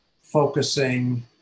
focusing